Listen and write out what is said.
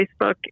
Facebook